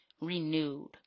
renewed